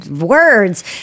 words –